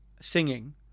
singing